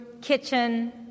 kitchen